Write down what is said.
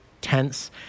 tense